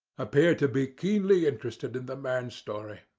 appeared to be keenly interested in the man's story.